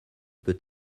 peut